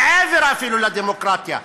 מעבר אפילו לדמוקרטיה,